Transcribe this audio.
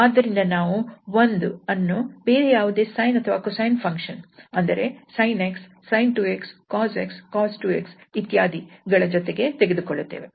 ಆದ್ದರಿಂದ ನಾವು 1 ಅನ್ನು ಬೇರೆ ಯಾವುದೇ sine ಅಥವಾ cosine ಫಂಕ್ಷನ್ ಅಂದರೆ sin 𝑥 sin 2𝑥 cos 𝑥 cos 2𝑥 ಇತ್ಯಾದಿ ಜೊತೆಗೆ ತೆಗೆದುಕೊಳ್ಳುತ್ತೇವೆ